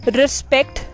respect